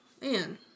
man